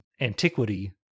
antiquity